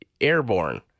airborne